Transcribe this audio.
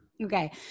Okay